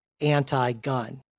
anti-gun